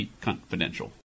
Confidential